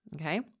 okay